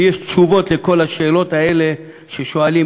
לי יש תשובות על כל השאלות האלה ששואלים